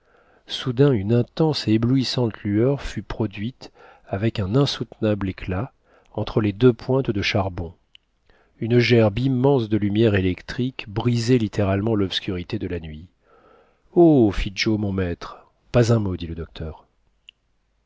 soudain une intense et éblouissante lueur fut produite avec un insoutenable éclat entre les deux pointes de charbon une gerbe immense de lumière électrique brisait littéralement l'obscurité de la nuit oh fit joe mon maître pas un mot dit le docteur